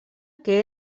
que